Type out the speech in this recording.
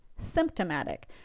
symptomatic